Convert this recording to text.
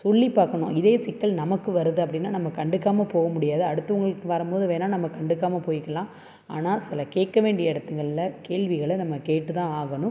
சொல்லிப் பார்க்கணும் இதே சிக்கல் நமக்கு வருது அப்படின்னா நம்ம கண்டுக்காமல் போக முடியாது அடுத்தவங்களுக்கு வரும் போது வேணால் நம்ம கண்டுக்காமல் போயிக்கலாம் ஆனால் சில கேட்க வேண்டிய இடத்துகள்ல கேள்விகளை நம்ம கேட்டுத் தான் ஆகணும்